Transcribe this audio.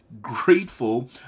grateful